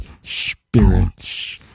spirits